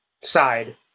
side